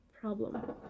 problem